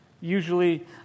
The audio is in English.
Usually